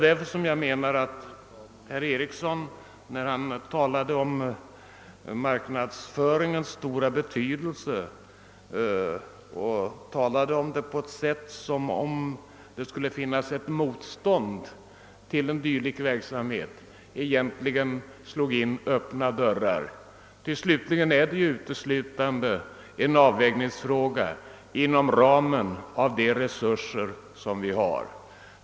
När herr Ericsson i Åtvidaberg talade om marknadsföringens stora betydelse på ett sätt som om det skulle finnas ett motstånd mot en dylik verksamhet, slog han in öppna dörrar, ty slutligen gäller det att göra en avvägning inom ramen för de resurser som vi har.